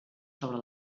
sobre